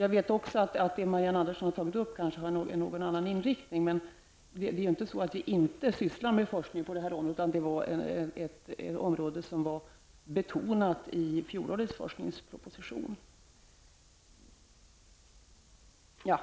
Jag vet också att det Marianne Andersson har tagit upp kanske har en något annan inriktning, men det är ju inte så att vi inte sysslar med forskning på det här området, utan det är ett område som var betonat i fjolårets forskningsproposition. Jag